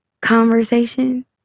conversation